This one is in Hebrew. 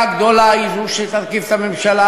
הגדולה היא זו שתרכיב את הממשלה,